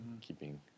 keeping